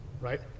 right